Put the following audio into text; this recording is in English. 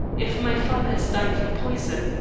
if my father has died from poison,